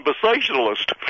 conversationalist